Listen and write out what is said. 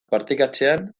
partekatzean